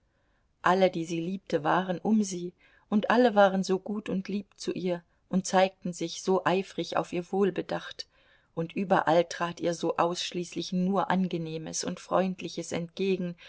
alle die sie liebte waren um sie und alle waren so gut und lieb zu ihr und zeigten sich so eifrig auf ihr wohl bedacht und überall trat ihr so ausschließlich nur angenehmes und freundliches entgegen